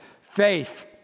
Faith